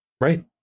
right